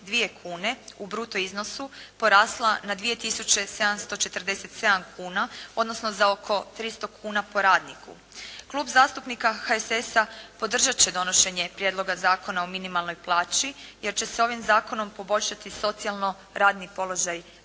442 kune u bruto iznosu porasla na 2 tisuće 747 kuna odnosno za oko 300 kuna po radniku. Klub zastupnika HSS-a podržat će donošenje Prijedloga zakona o minimalnoj plaći jer će se ovim zakonom poboljšati socijalno radni položaj radnika